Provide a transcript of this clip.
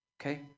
Okay